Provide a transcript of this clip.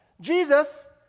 Jesus